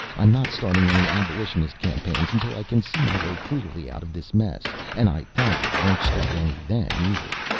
i'm not starting any abolitionist campaigns until i can see my way clearly out of this mess, and i probably won't start any then either.